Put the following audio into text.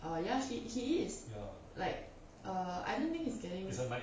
uh ya she he is like err I don't think he's getting